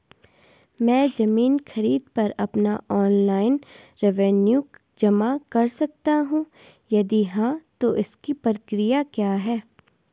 मैं ज़मीन खरीद पर अपना ऑनलाइन रेवन्यू जमा कर सकता हूँ यदि हाँ तो इसकी प्रक्रिया क्या है?